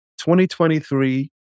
2023